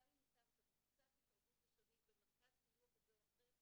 גם אם איתרת וביצעת התערבות ראשונית במרכז סיוע כזה או אחר,